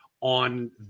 on